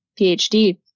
PhD